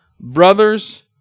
Brothers